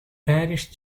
parish